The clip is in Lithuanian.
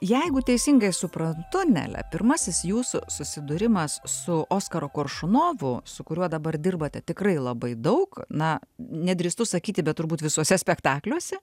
jeigu teisingai suprantu nele pirmasis jūsų susidūrimas su oskaro koršunovu su kuriuo dabar dirbate tikrai labai daug na nedrįstu sakyti bet turbūt visuose spektakliuose